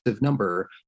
number